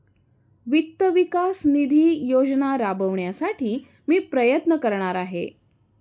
वित्त विकास निधी योजना राबविण्यासाठी मी प्रयत्न करणार आहे